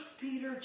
Peter